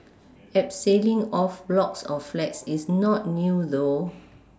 abseiling off blocks of flats is not new though